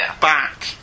back